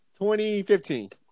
2015